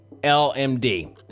LMD